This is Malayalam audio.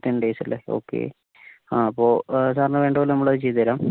ടെൻ ഡേയ്സ് അല്ലെ ഓക്കെ ആ അപ്പോൾ സാറിനു വേണ്ടതുപോലെ നമ്മളത് ചെയ്തു തരാം